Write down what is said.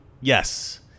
Yes